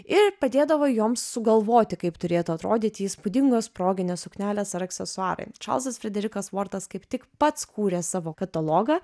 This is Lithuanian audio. ir padėdavo joms sugalvoti kaip turėtų atrodyti įspūdingos proginės suknelės ar aksesuarai čarlzas frederikas vortas kaip tik pats kūrė savo katalogą